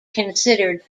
considered